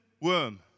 worm